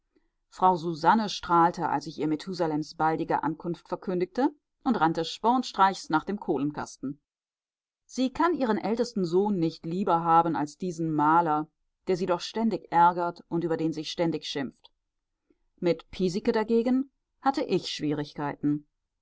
frau susanne strahlte als ich ihr methusalems baldige ankunft verkündigte und rannte spornstreichs nach dem kohlenkasten sie kann ihren ältesten sohn nicht lieber haben als diesen maler der sie doch ständig ärgert und über den sie ständig schimpft mit piesecke dagegen hatte ich schwierigkeiten